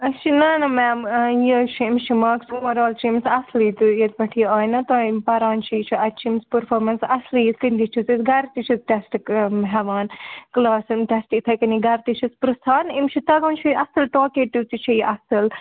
أسۍ چھِ نَہ نَہ میم یہِ چھِ أمِس چھِ ماکٕس اوٚوَرآل چھِ أمِس اَصلٕے تہٕ ییٚتہِ پٮ۪ٹھ یہِ آے نَہ تۄہہِ پران چھِ یہِ چھِ اَتہِ چھِ أمِس پٔرفامٮ۪نِٕس اَصلٕے یِتھ کَنۍ تہِ چھِس أسۍ گَرِ تہِ چھِس ٹٮ۪سٹ کٲم ہٮ۪وان کٕلاسَن ٹٮ۪سٹ یِتھَے کَنی گَرٕ تہٕ چھِس پِرٛژھان أمِس چھِ تَگان چھُ یہِ اَصٕل ٹاکیٹِو تہِ چھےٚ یہِ اَصٕل